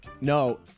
No